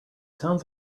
sounds